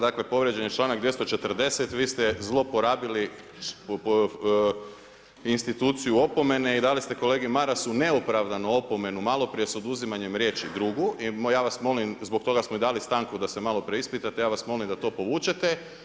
Dakle povrijeđen je članak 240. vi ste zloporabili instituciju opomene i dali ste kolegi Marasu neopravdano opomenu malo prije s oduzimanjem riječi drugu i ja vas molim zbog toga smo i dali stanku da se malo preispitate, ja vas molim da to povučete.